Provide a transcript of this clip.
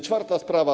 Czwarta sprawa.